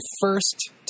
first